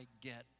get